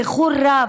באיחור רב.